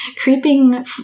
creeping